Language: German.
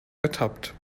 ertappt